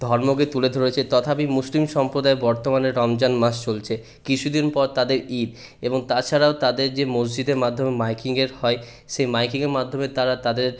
ধর্মকে তুলে ধরেছেন তথাপি মুসলিম সম্প্রদায় বর্তমানে রমজান মাস চলছে কিছুদিন পর তাদের ঈদ এবং তাছাড়াও তাদের যে মসজিদের মাধ্যমে মাইকিংয়েরর হয় সে মাইকিংয়ের মাধ্যমে তারা তাদের